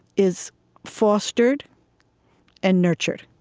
is fostered and nurtured.